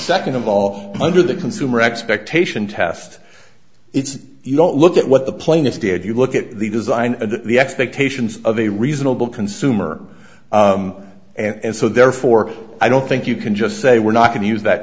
second of all under the consumer expectation test it's you don't look at what the plaintiffs did you look at the design and the expectations of a reasonable consumer and so therefore i don't think you can just say we're not going to use that